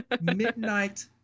midnight